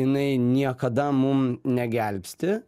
jinai niekada mum negelbsti